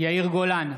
יאיר גולן,